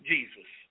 Jesus